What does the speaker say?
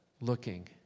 looking